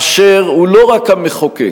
אשר הוא לא רק המחוקק